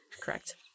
Correct